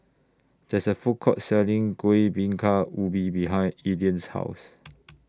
There IS A Food Court Selling Kuih Bingka Ubi behind Elian's House